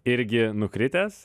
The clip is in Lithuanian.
irgi nukritęs